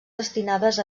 destinades